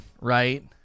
Right